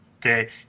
Okay